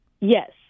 Yes